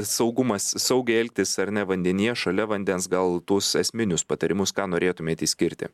saugumas saugiai elgtis ar ne vandenyje šalia vandens gal tuos esminius patarimus ką norėtumėt išskirti